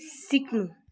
सिक्नु